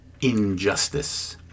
injustice